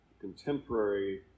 contemporary